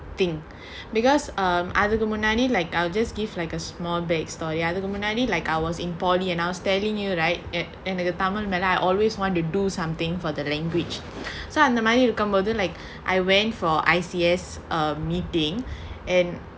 thing because um அதுக்கு முன்னாடி:athukku munnadi like I'll just give like a small bag story அதுக்கு முன்னாடி:athukku munnadi I was in polytechnic and I was telling you right எனக்கு:enaku tamil மேல:mela I always want to do something for the language so அந்தமாரி இருக்கும்போது:anthamaari irukkumpothu like I went for I_C_S um meeting and